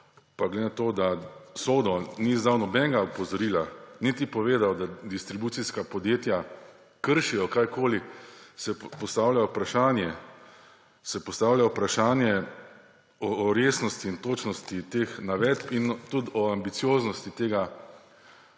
pa glede na to, da SODO ni izdal nobenega opozorila niti povedal, da distribucijska podjetja kršijo karkoli, se postavlja vprašanje o resnosti in točnosti teh navedb in tudi o ambicioznosti tega